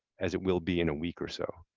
as it will be in a week or so.